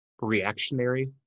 reactionary